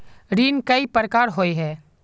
ऋण कई प्रकार होए है?